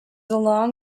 along